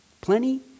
plenty